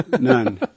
none